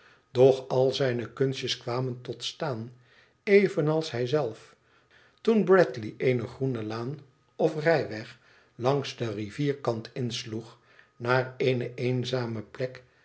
doch al zijne kunstjes kwamen tot staan evenals hij zelfl toen bradley eene groene laan of rijweg langs den rivierkant insloeg naar eene eenzame plek